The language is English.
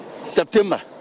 September